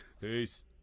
Peace